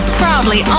proudly